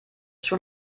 schon